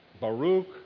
Baruch